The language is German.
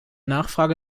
nachfrage